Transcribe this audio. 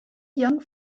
young